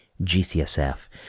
GCSF